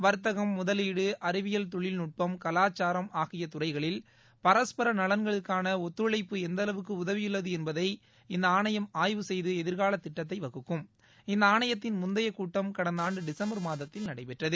வர்த்தகம் முதலீடு அறிவியல் தொழில்நுட்பம் கலச்சாரம் ஆகிய துறைகளில் பரஸ்பர நலன்களுக்கான ஒத்துழைப்பு எந்தளவுக்கு உதவியுள்ளது என்பதை இந்த ஆணையம் ஆய்வு செய்து எதிர்கால திட்டத்தை வகுக்கும் இந்த ஆணையத்தின் முந்தைய கூட்டம் கடந்த ஆண்டு டிசம்பர் மாதத்தில நடைபெற்றது